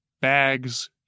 bags